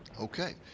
ok.